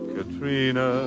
Katrina